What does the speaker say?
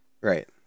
right